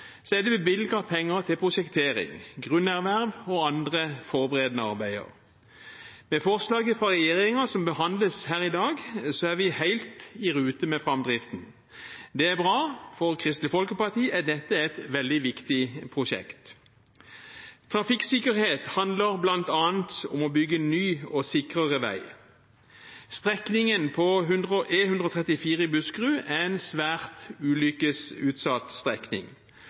er det bevilget penger til prosjektering, grunnerverv og annet forberedende arbeid. Med forslaget fra regjeringen som behandles her i dag, er vi helt i rute med framdriften. Det er bra. For Kristelig Folkeparti er dette et veldig viktig prosjekt. Trafikksikkerhet handler bl.a. om å bygge ny og sikrere vei. Strekningen på E134 i Buskerud er en svært ulykkesutsatt strekning.